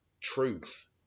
truth